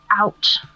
out